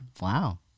wow